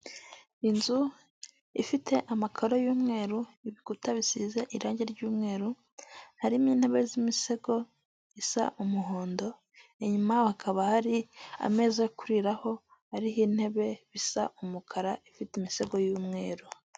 Inzu ifite amakaro y'umweru, ibikuta bisize irangi ry'umweru, harimo intebe z'imisego isa umuhondo, inyuma hakaba hari ameza yo kuriraho ariho intebe bisa umukara, ifite imisego y'umweru.